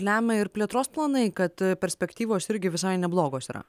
lemia ir plėtros planai kad perspektyvos irgi visai neblogos yra